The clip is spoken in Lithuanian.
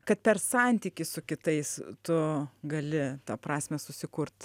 kad per santykį su kitais tu gali tą prasmę susikurt